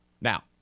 now